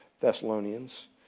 Thessalonians